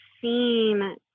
seen